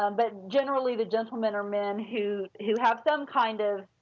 um but generally the gentleman are men who who have some kind of